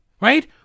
Right